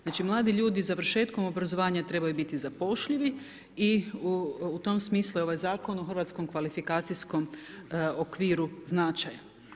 Znači mladi ljudi završetkom obrazovanja trebaju biti zapošljivi i u tom smislu je ovaj zakon u hrvatskom kvalifikacijskom okviru značaja.